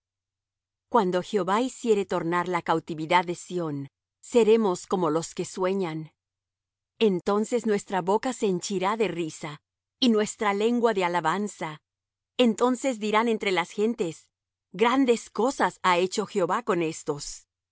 cuando jehová hiciere tornar la cautividad de sión seremos como los que sueñan entonces nuestra boca se henchirá de risa y nuestra lengua de alabanza entonces dirán entre las gentes grandes cosas ha hecho jehová con éstos